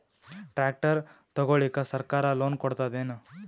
Tractor ತಗೊಳಿಕ ಸರ್ಕಾರ loan ಕೊಡತದೇನು?